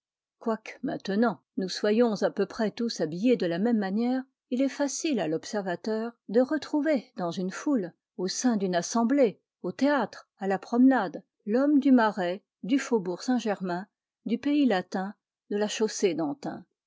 quoique maintenant nous soyons à peu près tous habillés de la même manière il est facile à l'observateur de retrouver dans une foule au sein d'une assemblée au théâtre à la promenade l'homme du marais